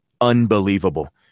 unbelievable